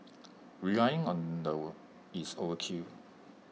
relying on the is overkill